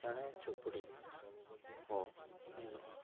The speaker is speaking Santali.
ᱪᱮᱬᱮ ᱪᱩᱯᱲᱤᱫ ᱠᱚ ᱧᱮᱞᱚᱜᱼᱟ